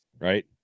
right